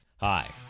Hi